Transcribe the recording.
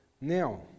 Now